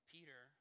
Peter